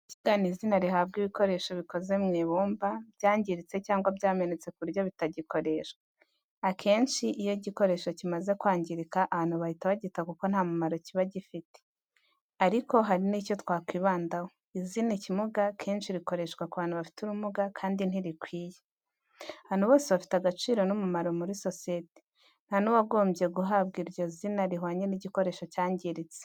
Ikimuga ni izina rihabwa ibikoresho bikoze mu ibumba, byangiritse cyangwa byamenetse ku buryo bitagikoreshwa. Akenshi iyo igikoresho kimaze kwangirika, abantu bahita bagita kuko nta mumaro kiba kigifite. Ariko, hari n’icyo twakwibandaho, izina “ikimuga” kenshi rikoreshwa ku bantu bafite ubumuga, kandi ntirikwiye. Abantu bose bafite agaciro n’umumaro muri sosiyete, nta n’uwagombye guhabwa iryo zina rihwanye n’igikoresho cyangiritse.